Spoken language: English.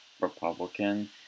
Republican